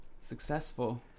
Successful